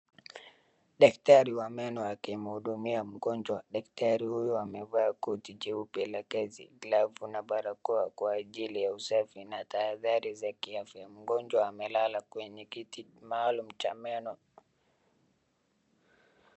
Daktari wa meno akimhudumia mgonjwa. Daktari huyu amevaa koti jeupe la kazi, glavu na barakoa kwa ajili ya usafi na tahadhari za kiafya. Mgonjwa amelala kwenye kiti maalum cha meno.